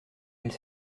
elle